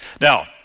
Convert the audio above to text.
Now